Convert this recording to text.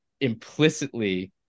implicitly